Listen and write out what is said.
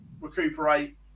recuperate